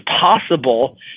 possible